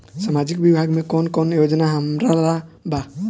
सामाजिक विभाग मे कौन कौन योजना हमरा ला बा?